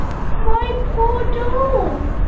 my poor dolls.